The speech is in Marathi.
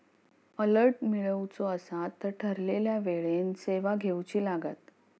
अलर्ट मिळवुचा असात तर ठरवलेल्या वेळेन सेवा घेउची लागात